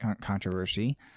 controversy